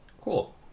cool